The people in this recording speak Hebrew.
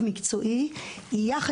יעל